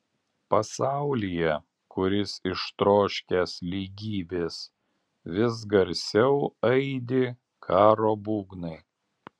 pasaulyje kuris ištroškęs lygybės vis garsiau aidi karo būgnai